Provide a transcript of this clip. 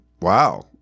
Wow